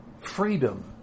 freedom